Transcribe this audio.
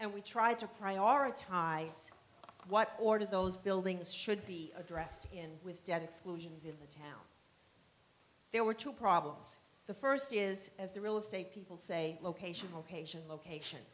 and we tried to prioritize what order those buildings should be addressed in with debt exclusions in the town there were two problems the first is as the real estate people say location location location